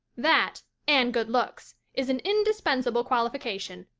that and good looks is an indispensable qualification.